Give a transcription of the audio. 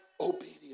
obedience